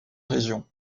région